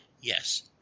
Yes